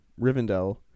Rivendell